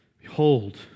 Behold